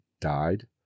died